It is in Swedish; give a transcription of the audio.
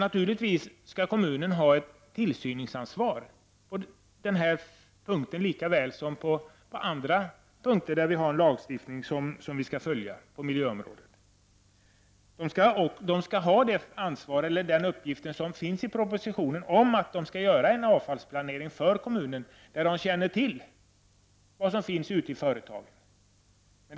Naturligtvis skall kommunen ha ett tillsynsansvar på denna punkt likaväl som på andra punkter där vi har lagstiftning som vi skall följa på miljöområdet. Företagen skall ha den uppgiften att de skall presentera en avfallsplanering för kommunen då de känner till vad som finns ute i företagen.